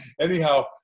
anyhow